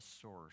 source